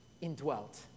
indwelt